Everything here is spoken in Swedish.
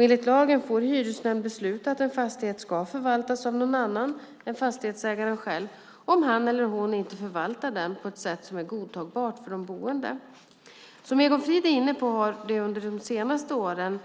Enligt lagen får hyresnämnd besluta att en fastighet ska förvaltas av någon annan än fastighetsägaren själv, om han eller hon inte förvaltar fastigheten på ett sätt som är godtagbart för de boende. Som Egon Frid är inne på har under de senaste åren